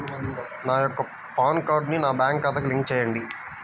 నా యొక్క పాన్ కార్డ్ని నా బ్యాంక్ ఖాతాకి లింక్ చెయ్యండి?